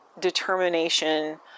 determination